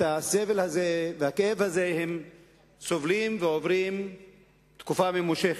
את הסבל הזה והכאב הזה הם סובלים ועוברים תקופה ממושכת.